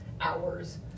hours